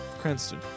Cranston